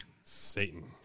Satan